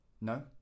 No